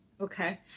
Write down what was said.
Okay